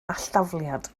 alldafliad